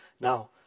Now